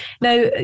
now